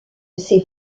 ces